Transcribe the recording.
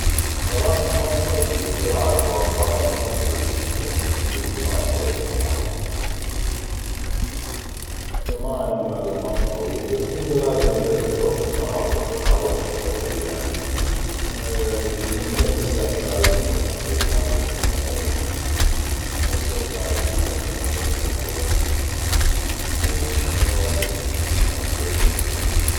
الصراحه ما قوي بالزراعه المغطاة وما كلش عندي اهتمام قوي بالزراعه المغطاة ف ما عندي معلومات قوي بس انو لازم بين فتره وفتره نعرضم لتهويه نهتم بالسقي مالتم والتنقيط مالتم و نوصل الماي اللهم بشكل مضبوط يعني هشكل تفاصيل ما كلش قوي بيها